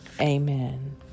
Amen